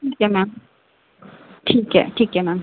ठीक है मैम ठीक है ठीक है मैम